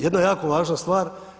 Jedna jako važna stvar.